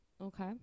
Okay